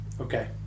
Okay